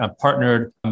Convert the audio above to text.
partnered